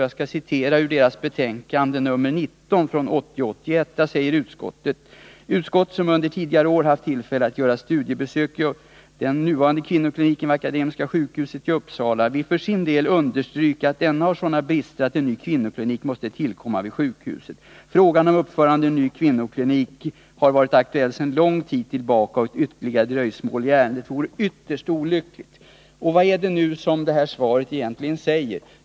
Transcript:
Låt mig citera ur dess betänkande 1980/81:19, där det framhålls: ”Utskottet, som under ett tidigare år haft tillfälle att göra ett studiebesök i den nuvarande kvinnokliniken vid Akademiska sjukhuset i Uppsala, vill för sin del understryka att denna fråga har sådana brister att en ny kvinnoklinik måste tillkomma vid sjukhuset. Frågan om uppförande av en ny kvinnoklinik har varit aktuell sedan lång tid tillbaka och ett ytterligare dröjsmål i ärendet vore ytterst olyckligt.” Vad är det då som svaret nu egentligen säger?